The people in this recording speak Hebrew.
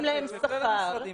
אסביר לך.